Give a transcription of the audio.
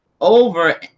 over